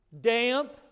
damp